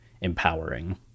empowering